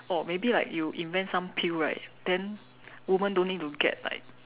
oh maybe like you invent some pill right then woman don't need to get like